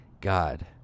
God